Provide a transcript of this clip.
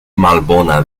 malbona